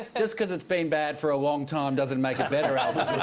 just because it's been bad for a long time doesn't make it better, albo.